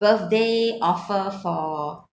birthday offer for